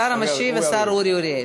השר המשיב, השר אורי אריאל.